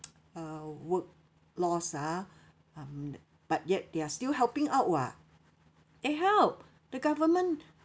uh work loss ah um but yet they're still helping out [what] eh how the government